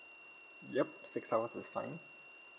yup six hours is fine